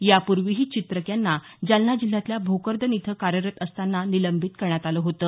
यापूर्वीही चित्रक यांना जालना जिल्ह्यातल्या भोकरदन इथं कार्यरत असतांना निलंबित करण्यात आलं होतं